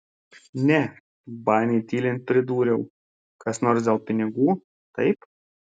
ne baniui tylint pridūriau kas nors dėl pinigų taip